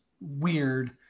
weird